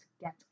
get